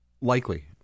Likely